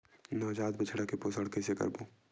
नवजात बछड़ा के पोषण कइसे करबो?